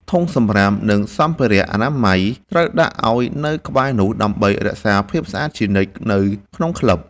ធុងសម្រាម និងសម្ភារៈអនាម័យ ត្រូវដាក់ឱ្យនៅក្បែរនោះ ដើម្បីរក្សាភាពស្អាតជានិច្ចនៅក្នុងក្លឹប។